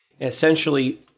essentially